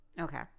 Okay